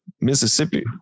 Mississippi